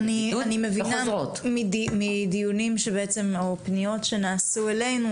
אני מבינה מדיונים או פניות שנעשו אלינו,